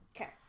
Okay